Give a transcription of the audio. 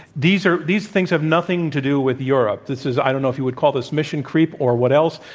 these are these things have nothing to do with europe. this is i don't know if you would call this mission creep or what else,